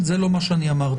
זה לא מה שאני אמרתי.